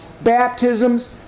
baptisms